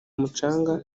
umucanga